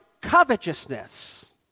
covetousness